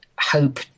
hope